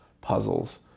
Puzzles